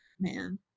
Man